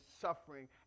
suffering